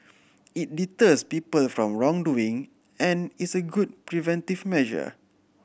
it deters people from wrongdoing and is a good preventive measure